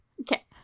Okay